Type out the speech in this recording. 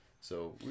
So-